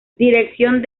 dirección